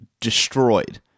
destroyed